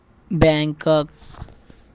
Bangkok